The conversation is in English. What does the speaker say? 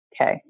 Okay